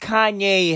Kanye